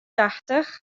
tachtich